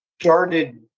started